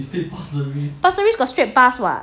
pasir ris got straight bus what